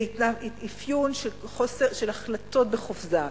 זה אפיון של החלטות בחופזה,